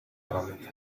armamento